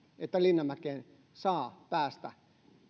että linnanmäelle saa päästä